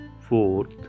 Fourth